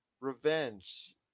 revenge